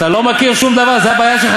אתה לא מבין מה הפסדת.